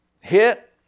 hit